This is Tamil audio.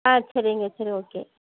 ஆ சரிங்க சரி ஓகே